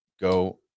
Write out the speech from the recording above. go